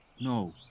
No